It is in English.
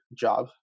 job